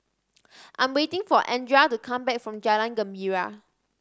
I'm waiting for Andrea to come back from Jalan Gembira